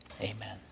Amen